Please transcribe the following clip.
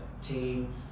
team